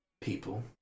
people